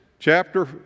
Chapter